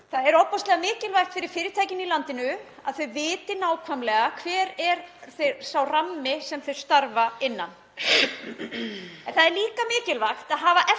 Það er ofboðslega mikilvægt fyrir fyrirtækin í landinu að þau viti nákvæmlega hver sá rammi er sem þau starfa innan en það er líka mikilvægt að hafa eftirlit